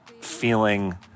feeling